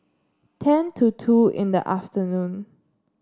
ten to two in the afternoon